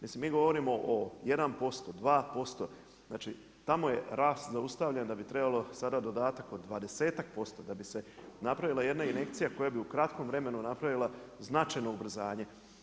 Mislim mi govorimo o 1%, 2%, znači tamo je rast zaustavljen da bi trebalo sada dodatak od 20-ak% da bi se napravila jedna injekcija koja bi u kratkom vremenu napravila značajno ubrzanje.